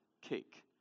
cake